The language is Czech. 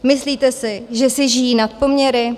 Myslíte si, že si žijí nad poměry?